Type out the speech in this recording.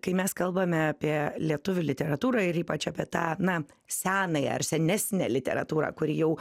kai mes kalbame apie lietuvių literatūrą ir ypač apie tą na senąją ar senesnę literatūrą kuri jau